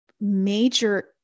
major